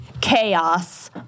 Chaos